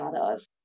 others